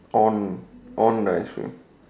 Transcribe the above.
on on i think